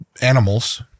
animals